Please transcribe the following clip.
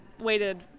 waited